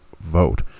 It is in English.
vote